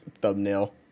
thumbnail